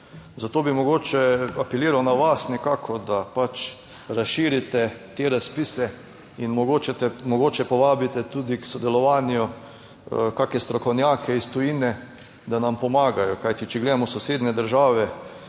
zato bi mogoče apeliral na vas nekako, da pač razširite te razpise in mogoče, mogoče povabite tudi k sodelovanju kakšne strokovnjake iz tujine, da nam pomagajo. Kajti, če gledamo v sosednje države,